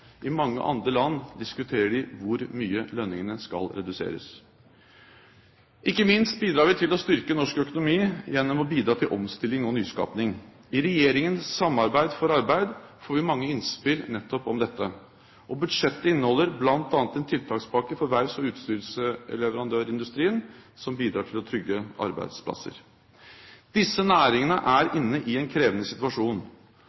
I mange andre land diskuterer de hvor mye lønningene skal reduseres. Ikke minst bidrar vi til å styrke norsk økonomi gjennom å bidra til omstilling og nyskaping. I Regjeringens «Samarbeid for arbeid» får vi mange innspill nettopp om dette. Budsjettet inneholder bl.a. en tiltakspakke for verfts- og utstyrsleverandørindustrien som bidrar til å trygge arbeidsplasser. Disse næringene er